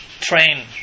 train